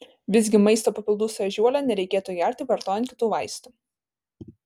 visgi maisto papildų su ežiuole nereikėtų gerti vartojant kitų vaistų